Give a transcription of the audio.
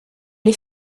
les